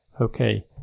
Okay